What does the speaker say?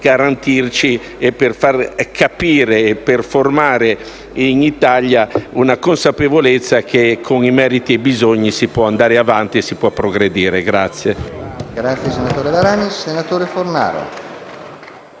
garantire, far capire e formare in Italia la consapevolezza che con i meriti e i bisogni si può andare avanti e progredire.